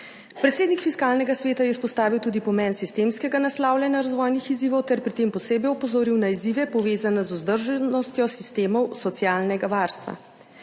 Predsednik Fiskalnega sveta je izpostavil tudi pomen sistemskega naslavljanja razvojnih izzivov ter pri tem posebej opozoril na izzive povezane z vzdržnostjo sistemov socialnega varstva.